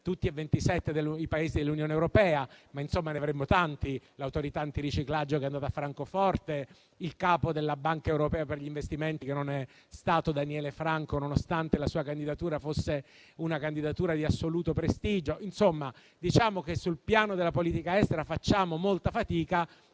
tutti e 27 i Paesi dell'Unione europea. Avremmo tanti altri casi: l'Autorità antiriciclaggio, che è andata a Francoforte; il capo della Banca europea per gli investimenti, che non è stato Daniele Franco, nonostante la sua candidatura fosse di assoluto prestigio. Diciamo che sul piano della politica estera facciamo molta fatica.